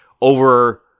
over